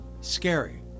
scary